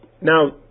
Now